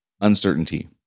uncertainty